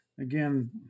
Again